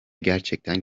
gerçekten